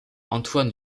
antoine